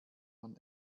man